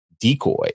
decoy